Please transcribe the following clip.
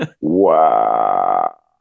Wow